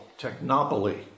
Technopoly